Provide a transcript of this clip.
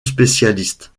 spécialiste